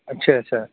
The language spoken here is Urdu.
اچھا اچھا